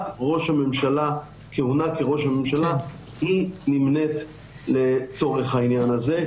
רק כהונה כראש ממשלה נמנית לצורך העניין הזה.